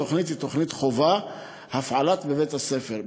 התוכנית היא תוכנית חובה המופעלת בבתי-הספר.